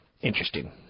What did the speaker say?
Interesting